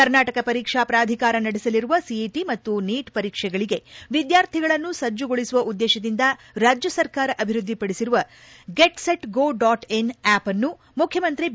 ಕರ್ನಾಟಕ ಪರೀಕ್ಷಾ ಪ್ರಾಧಿಕಾರ ನಡೆಸಲಿರುವ ಸಿಇಟಿ ಮತ್ತು ನೀಟ್ ಪರೀಕ್ಷೆಗಳಿಗೆ ವಿದ್ಯಾರ್ಥಿಗಳನ್ನು ಸಜ್ಜಗೊಳಿಸುವ ಉದ್ದೇಶದಿಂದ ರಾಜ್ಜ ಸರ್ಕಾರ ಅಭಿವ್ದಿಪಡಿಸಿರುವ get set go dot in app ಅನ್ನು ಮುಖ್ಯಮಂತ್ರಿ ಬಿ